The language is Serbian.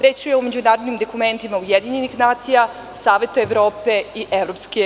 Reč je o međunarodnim dokumentima UN, Savet Evrope i EU.